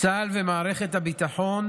צה"ל ומערכת הביטחון